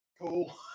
Cool